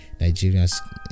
nigerians